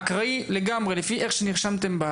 אקראי לגמרי לפי איך שנרשמתם,